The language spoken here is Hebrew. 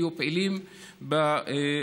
היו פעילים באוניברסיטאות,